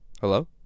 Hello